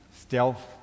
stealth